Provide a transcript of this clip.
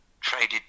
traded